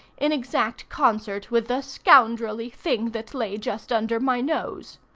in exact concert with the scoundrelly thing that lay just under my nose.